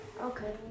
Okay